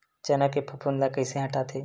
चना के फफूंद ल कइसे हटाथे?